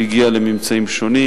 והיא הגיעה לממצאים שונים.